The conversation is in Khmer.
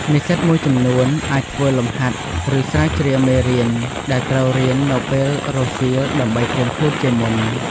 និស្សិតមួយចំនួនអាច ធ្វើលំហាត់ ឬស្រាវជ្រាវមេរៀន ដែលត្រូវរៀននៅពេលរសៀល ដើម្បីត្រៀមខ្លួនជាមុន។